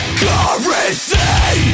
currency